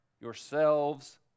yourselves